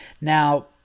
Now